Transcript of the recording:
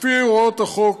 לפי הוראות החוק,